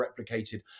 replicated